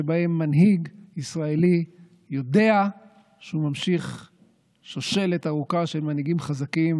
שבהם מנהיג ישראלי יודע שהוא ממשיך שושלת ארוכה של מנהיגים חזקים,